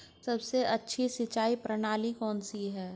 सबसे अच्छी सिंचाई प्रणाली कौन सी है?